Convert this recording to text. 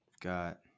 Got